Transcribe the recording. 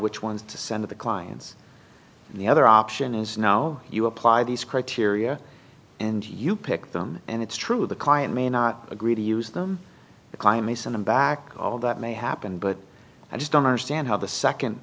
which ones to send to the clients and the other option is now you apply these criteria and you pick them and it's true the client may not agree to use them climb me send him back all that may happen but i just don't understand how the second